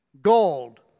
Gold